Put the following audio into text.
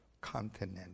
continent